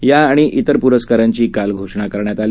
या आणि इतर पुरस्कारांची काल घोषणा करण्यात आली